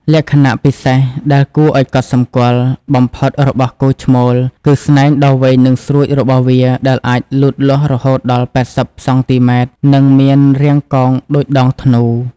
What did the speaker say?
លក្ខណៈពិសេសដែលគួរឱ្យកត់សម្គាល់បំផុតរបស់គោឈ្មោលគឺ ស្នែងដ៏វែងនិងស្រួចរបស់វា ដែលអាចលូតលាស់រហូតដល់ ៨០ សង់ទីម៉ែត្រ និងមានរាងកោងដូចដងធ្នូ។